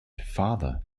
father